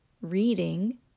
reading